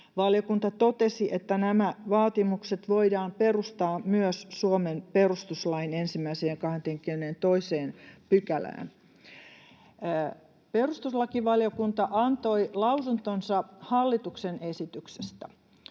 Valiokunta totesi, että nämä vaatimukset voidaan perustaa myös Suomen perustuslain 1 ja 22 §:ään. Perustuslakivaliokunta antoi lausuntonsa hallituksen esityksestä.